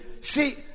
See